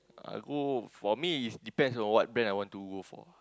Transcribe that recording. I go for me is depend on what brand I want to go for